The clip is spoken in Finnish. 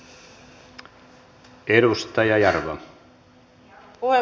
arvoisa puhemies